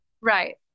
Right